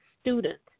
student